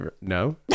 no